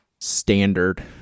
standard